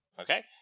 Okay